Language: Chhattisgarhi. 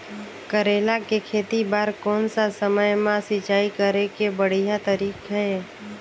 करेला के खेती बार कोन सा समय मां सिंचाई करे के बढ़िया तारीक हे?